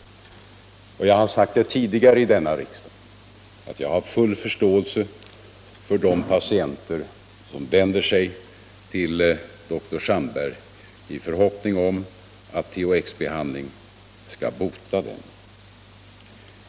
— och det har jag sagt tidigare i denna kammare — att jag har full förståelse för de patienter som vänder sig till dr Sandberg i förhoppning om att THX-behandling skall bota dem.